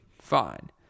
fine